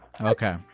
Okay